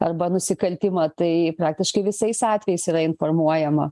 arba nusikaltimą tai praktiškai visais atvejais yra informuojama